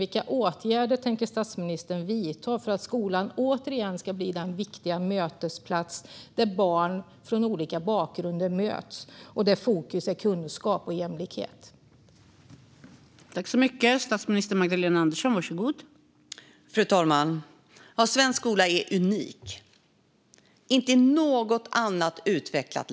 Vilka åtgärder tänker statsministern vidta för att skolan åter ska bli en viktig mötesplats för barn med olika bakgrunder där kunskap och jämlikhet står i fokus?